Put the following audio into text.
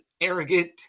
arrogant